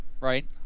right